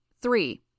Three